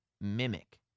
mimic